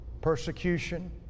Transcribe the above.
Persecution